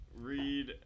read